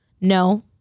No